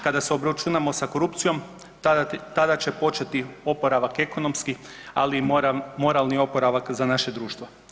Kada se obračunamo sa korupcijom tada će početi oporavak ekonomski, ali i moralni oporavak za naše društvo.